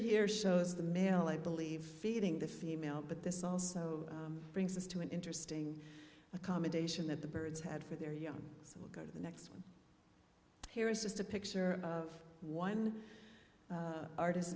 here shows the male i believe feeding the female but this also brings us to an interesting accommodation that the birds had for their young so we'll go to the next one here is just a picture of one artist